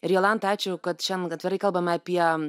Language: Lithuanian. ir jolanta ačiū kad šian atvirai kalbam apie